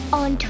on